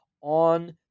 on